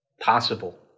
possible